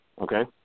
Okay